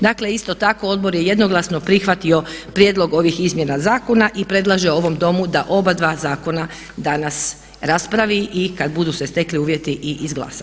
Dakle, isto tako odbor je jednoglasno prihvatio prijedlog ovih izmjena zakona i predlaže ovom Domu da oba dva zakona danas raspravi i kad budu se stekli uvjeti i izglasa.